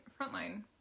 frontline